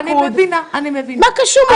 מה קשור?